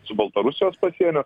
su baltarusijos pasieniu